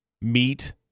meat